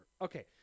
Okay